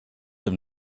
have